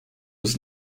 was